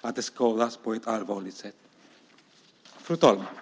att skadas på ett allvarligt sätt. Fru talman!